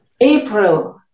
April